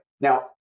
Now